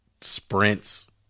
sprints